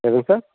எதுங்க சார்